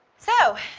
so,